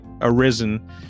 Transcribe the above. arisen